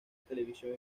television